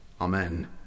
Amen